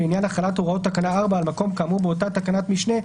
לעניין החלת הוראות תקנה 4 על מקום כאמור באותה תקנת משנה,